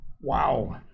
Wow